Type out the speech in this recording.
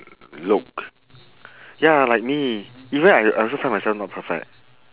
look ya like me even I I also find myself not perfect